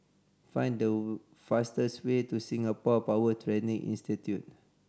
find the fastest way to Singapore Power Training Institute